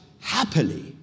happily